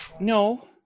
No